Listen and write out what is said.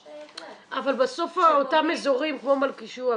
יש- - אבל בסוף אותם אזורים כמו מלכישוע,